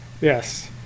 Yes